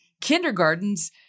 kindergartens